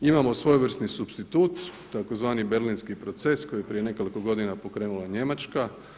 Imamo svojevrsni supstitut tzv. Berlinski proces koji je prije nekoliko godina pokrenula Njemačka.